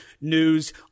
news